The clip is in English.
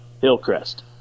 Hillcrest